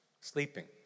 sleeping